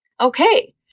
Okay